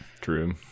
True